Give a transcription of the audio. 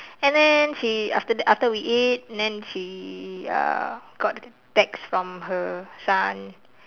and then she after that after we eat then she uh got a text from her son